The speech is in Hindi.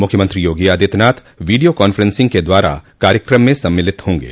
मुख्यमंत्री योगी आदित्यनाथ वीडियो कांफ्रेंसिंग के द्वारा कार्यक्रम में सम्मलित होंगे